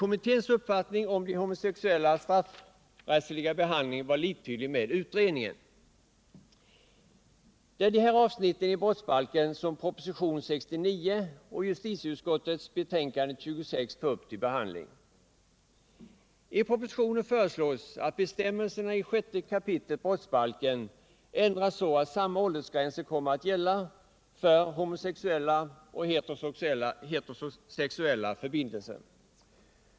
Kommitténs uppfattning om de homosexuellas straffrättsliga behandling var liktydig med utredningens. Det är de här avsnitten i brottsbalken som i propositionen 69 och i justitieutskottets betänkande nr 26 tas upp till behandling. I propositionen föreslås att bestämmelserna i 6 kap. brottsbalken ändras så att samma åldersgränser kommer att gälla för homosexuella och heterosexuella förbindelser.